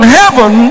heaven